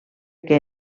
que